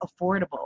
affordable